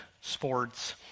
sports